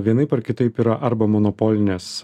vienaip ar kitaip yra arba monopolinės